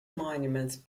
monuments